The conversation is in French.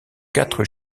quatre